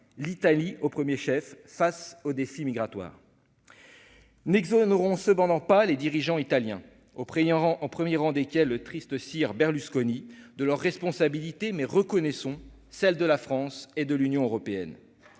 l'Italie au 1er chef face au défi migratoire. Nexign auront cependant pas les dirigeants italiens, au prix en en 1er rang desquels le triste sire Berlusconi de leurs responsabilités, mais reconnaissons, celle de la France et de l'Union européenne,